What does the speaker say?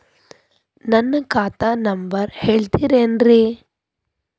ನನ್ನ ಖಾತಾ ನಂಬರ್ ಹೇಳ್ತಿರೇನ್ರಿ?